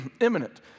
imminent